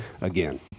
Again